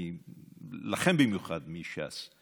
לכם במיוחד מש"ס: